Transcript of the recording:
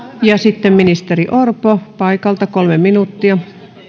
ja sitten ministeri orpo paikalta kolme minuuttia arvoisa puhemies